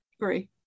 agree